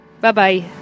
Bye-bye